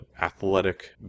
athletic